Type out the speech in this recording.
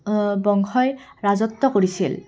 বংশই ৰাজত্ব কৰিছিল